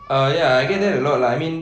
uh ya I get that a lot lah I mean